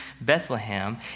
Bethlehem